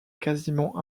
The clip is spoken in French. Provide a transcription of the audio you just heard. quasiment